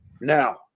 Now